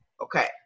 Okay